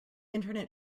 internet